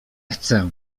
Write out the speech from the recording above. chcę